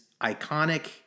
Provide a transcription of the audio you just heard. iconic